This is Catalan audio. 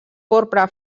porpra